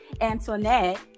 Antoinette